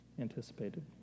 anticipated